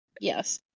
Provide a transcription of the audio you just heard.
Yes